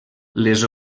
les